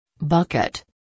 Bucket